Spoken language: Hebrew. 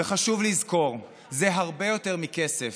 וחשוב לזכור, זה הרבה יותר מכסף.